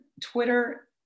Twitter